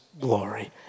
glory